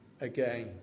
again